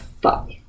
Bye